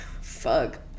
Fuck